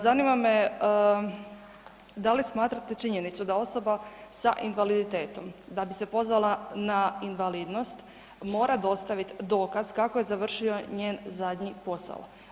Zanima me da li smatrate činjenicu da osoba sa invaliditetom da bi se pozvala na invalidnost mora dostavit dokaz kako je završio njen zadnji posao.